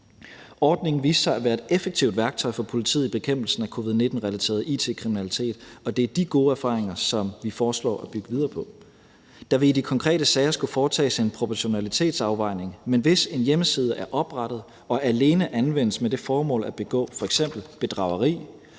Ordningen viste sig at være et effektivt værktøj for politiet i bekæmpelsen af covid-19-relateret it-kriminalitet, og det er de gode erfaringer, vi foreslår at bygge videre på. Der vil i de konkrete sager skulle foretages en proportionalitetsafvejning, men hvis en hjemmeside er oprettet og alene anvendes med det formål at begå f.eks. bedrageri,